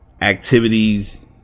activities